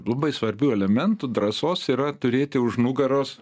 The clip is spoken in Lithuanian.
labai svarbių elementų drąsos yra turėti už nugaros